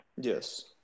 yes